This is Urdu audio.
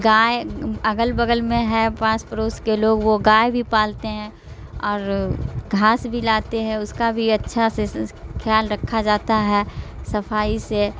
گائے اگل بگل میں ہے پاس پڑوس کے لوگ وہ گائے بھی پالتے ہیں اور گھاس بھی لاتے ہیں اس کا بھی اچھا سے خیال رکھا جاتا ہے صفائی سے